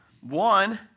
One